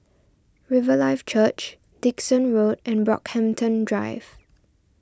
Riverlife Church Dickson Road and Brockhampton Drive